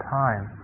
time